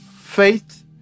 faith